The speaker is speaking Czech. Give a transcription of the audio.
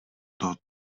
termínu